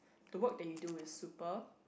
the work that you do is super